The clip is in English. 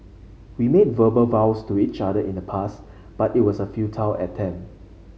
we made verbal vows to each other in the past but it was a futile attempt